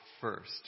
first